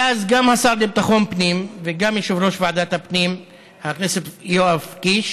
ואז גם השר לביטחון פנים וגם יושב-ראש ועדת הפנים חבר הכנסת יואב קיש